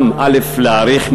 גם להאריך,